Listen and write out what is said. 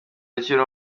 akiri